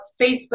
Facebook